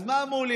אז מה אמרו לי?